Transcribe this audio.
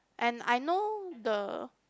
and I know the